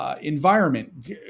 environment